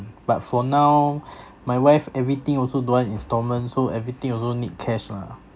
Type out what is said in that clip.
but for now my wife everything also don't want instalment so everything also need cash lah